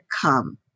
come